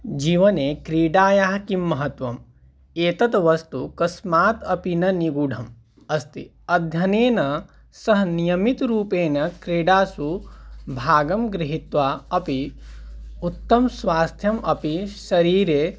जीवने क्रीडायाः किं महत्वम् एतत् वस्तुः कस्मात् अपि न निगूढम् अस्ति अध्ययनेन सह नियमितरूपेण क्रीडासु भागं गृहीत्वा अपि उत्तमं स्वास्थ्यम् अपि शरीरे